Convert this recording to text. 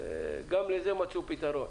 וגם לזה מצאו פתרון.